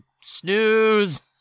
snooze